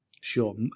Sure